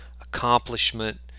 accomplishment